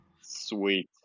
Sweet